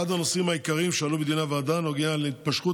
אחד הנושאים העיקריים שעלו בדיוני הוועדה נוגע להתמשכות